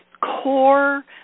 core